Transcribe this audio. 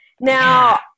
Now